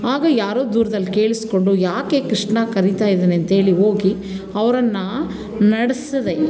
ಆಗ ಯಾರೋ ದೂರ್ದಲ್ಲಿ ಕೇಳಿಸಿಕೊಂಡು ಯಾಕೆ ಕೃಷ್ಣ ಕರಿತಾ ಇದಾನೆ ಅಂಥೇಳಿ ಹೋಗಿ ಅವ್ರನ್ನು ನಡಿಸ್ದೆ